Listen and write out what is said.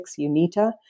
UNITA